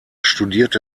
studierte